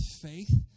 faith